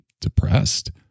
depressed